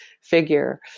figure